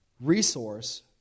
Resource